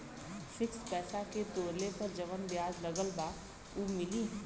Fix पैसा के तोड़ला पर जवन ब्याज लगल बा उ मिली?